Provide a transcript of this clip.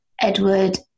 Edward